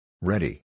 Ready